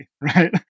right